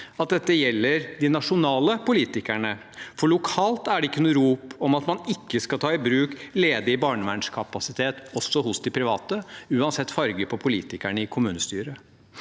at dette gjelder de nasjonale politikerne, for lokalt er det ingen rop om at man ikke skal ta i bruk ledig barnevernskapasitet også hos de private, uansett farge på politikerne i kommunestyrene.